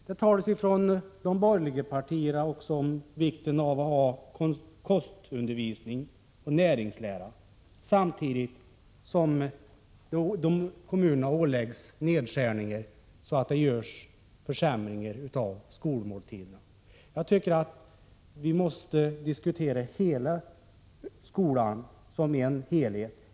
Det talas från de borgerliga partierna om vikten av kostundervisning och näringslära samtidigt som kommunerna åläggs nedskärningar så att skolmåltiderna försämras. Vi måste diskutera skolan som en helhet.